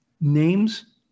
names